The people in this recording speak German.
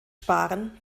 sparen